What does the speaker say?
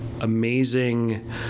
amazing